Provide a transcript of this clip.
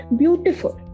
beautiful